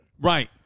Right